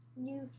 new